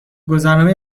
گذرنامه